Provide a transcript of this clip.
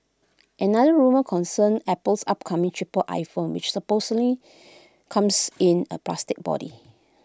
another rumour concerns Apple's upcoming cheaper iPhone which supposedly comes in A plastic body